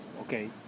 Okay